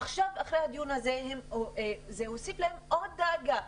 עכשיו, אחרי הדיון הזה, נוספה להם עוד דאגה.